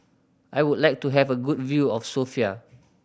I would like to have a good view of Sofia